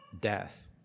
death